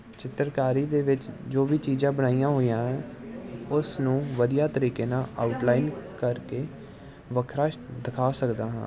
ਚਿੱਤਰਕਾਰੀ ਦੇ ਵਿੱਚ ਜੋ ਵੀ ਚੀਜ਼ਾਂ ਬਣਾਈਆਂ ਹੋਈਆਂ ਆ ਉਸ ਨੂੰ ਵਧੀਆ ਤਰੀਕੇ ਨਾਲ ਆਊਟਲਾਈਨ ਕਰਕੇ ਵੱਖਰਾ ਦਿਖਾ ਸਕਦਾ ਹਾਂ